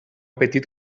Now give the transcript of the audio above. petit